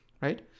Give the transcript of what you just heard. right